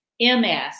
MS